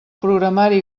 programari